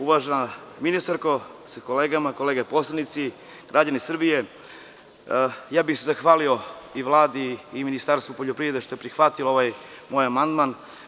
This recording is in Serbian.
Uvažena ministarko sa kolegama, kolege poslanici, građani Srbije, zahvalio bih se i Vladi i Ministarstvu poljoprivrede što je prihvatilo moj amandman.